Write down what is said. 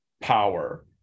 power